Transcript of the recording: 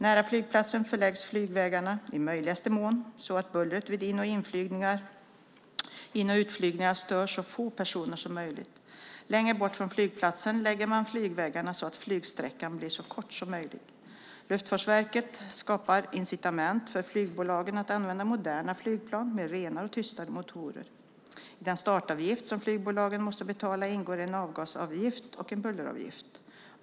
Nära flygplatsen förläggs flygvägarna, i möjligaste mån, så att bullret vid in och utflygningar stör så få personer som möjligt. Längre bort från flygplatsen lägger man flygvägarna så att flygsträckan blir så kort som möjligt. Luftfartsverket skapar incitament för flygbolagen att använda moderna flygplan, med renare och tystare motorer. I den startavgift som flygbolagen måste betala ingår en avgasavgift och en bulleravgift.